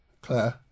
claire